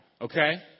Okay